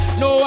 no